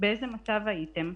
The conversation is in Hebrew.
באיזה מצב הייתם?